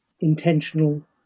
intentional